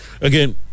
again